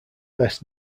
best